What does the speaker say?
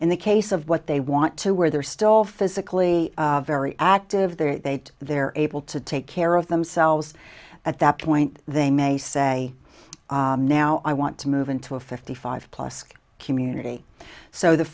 in the case of what they want to where they're still physically very active there they'd they're able to take care of themselves yes at that point they may say now i want to move into a fifty five plus community so the